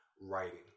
writing